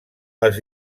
les